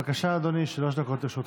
בבקשה, אדוני, שלוש דקות לרשותך.